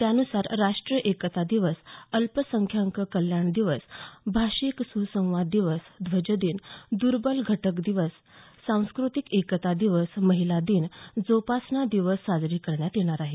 त्यानुसार राष्ट्रीय एकता दिवस अल्पसंख्याक कल्याण दिवस भाषिक सुसंवाद दिवस ध्वजदिन दुर्बल घटक दिवस सांस्कृतिक एकता दिवस महिला दिन जोपासना दिवस साजरे करण्यात येणार आहेत